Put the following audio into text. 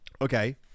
okay